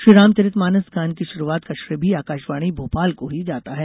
श्रीराम चरितमानस गान की शुरूआत का श्रेय भी आकाशवाणी भोपाल को ही जाता है